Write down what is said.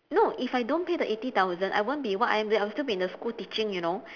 no if I don't pay the eighty thousand I won't be what I am I will still be in the school teaching you know